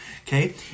okay